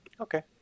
Okay